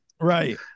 Right